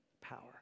power